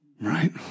right